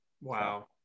Wow